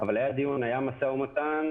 היה משא ומתן.